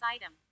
item